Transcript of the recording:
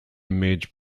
mage